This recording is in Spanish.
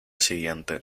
siguiente